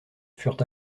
furent